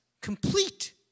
complete